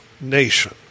nation